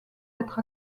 être